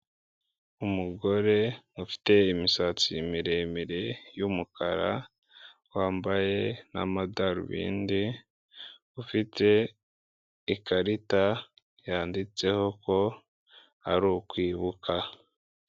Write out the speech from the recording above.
Umugore ufite imisatsi miremire y'umukara wambaye n'amadarubindi ufite ikarita yanditseho ko ari ukwibuka.